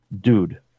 dude